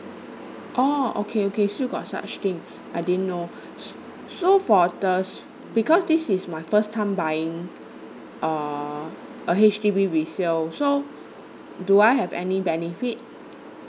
oh okay okay still got such thing I didn't know s~ so for the s~ because this is my first time buying uh a H_D_B resale so do I have any benefit